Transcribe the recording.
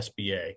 SBA